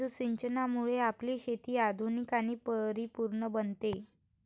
केंद्रबिंदू सिंचनामुळे आपली शेती आधुनिक आणि परिपूर्ण बनते